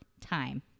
time